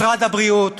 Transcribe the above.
משרד הבריאות